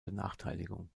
benachteiligung